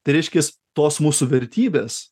tai reiškis tos mūsų vertybės